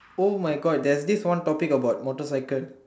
oh my God there's this one topic about motorcycle